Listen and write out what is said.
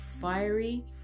fiery